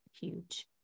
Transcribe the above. huge